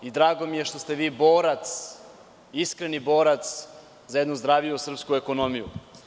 Drago mi je što ste vi borac, iskreni borac za jednu zdraviju srpsku ekonomiju.